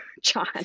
John